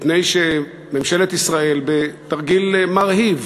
מפני שממשלת ישראל, בתרגיל מרהיב,